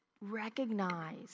recognize